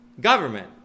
government